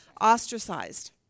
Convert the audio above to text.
Ostracized